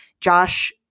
Josh